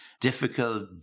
difficult